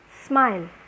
Smile